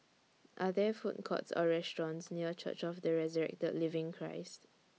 Are There Food Courts Or restaurants near Church of The Resurrected Living Christ